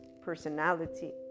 personality